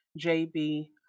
JB